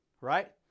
right